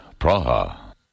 Praha